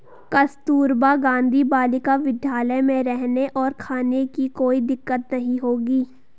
कस्तूरबा गांधी बालिका विद्यालय में रहने और खाने की कोई दिक्कत नहीं होगी